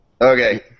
Okay